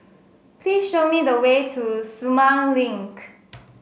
please show me the way to Sumang Link